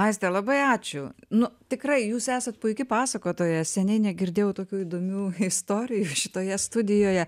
aistė labai ačiū nu tikrai jūs esat puiki pasakotoja seniai negirdėjau tokių įdomių istorijų šitoje studijoje